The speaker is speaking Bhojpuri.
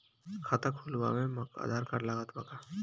खाता खुलावे म आधार कार्ड लागत बा का?